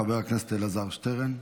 חבר הכנסת אלעזר שטרן,